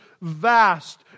vast